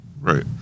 Right